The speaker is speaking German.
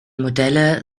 modelle